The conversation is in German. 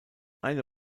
eine